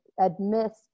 admits